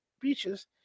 beaches